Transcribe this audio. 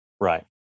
Right